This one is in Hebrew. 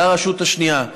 לרשות השנייה.